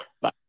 Bye